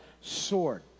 sword